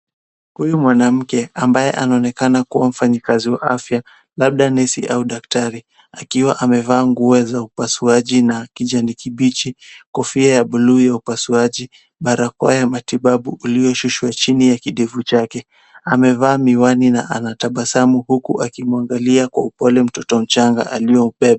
Huyu mwanamke ambaye anaonekana kuwa mfanyikazi wa afya labda nesi au daktari, akiwa amevaa nguo za upasuaji na kijani kibichi. Kofia ya buluu ya upasuaji, barakoa ya matibabu iliyoshushwa chini ya kidevu chake. Amevaa miwani na anatabasamu huku akimwangalia kwa upole mtoto mchanga aliyebeba.